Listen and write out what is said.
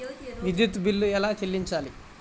విద్యుత్ బిల్ ఎలా చెల్లించాలి?